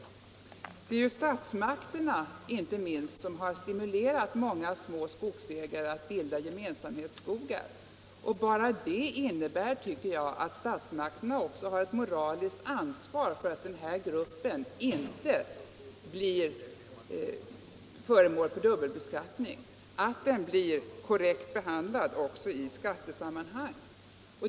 Statsmakterna har ju stimulerat många små skogsägare att bilda gemensamhetsskogar. Bara det innebär, tycker jag, att statsmakterna också har ett moraliskt ansvar för att den här gruppen inte blir föremål för dubbelbeskattning — att den blir korrekt behandlad också i skattesammanhang.